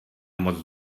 moc